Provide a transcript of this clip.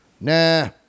Nah